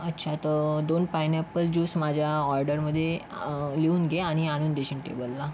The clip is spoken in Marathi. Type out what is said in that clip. अच्छा तर दोन पायनॅपल जुस माझ्या ऑडरमध्ये लिहून घे आणि आणून देशील टेबलला